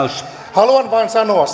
haluan vain sanoa